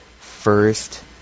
first